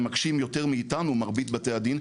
הם מקשים יותר מאיתנו מרבית בתי הדין,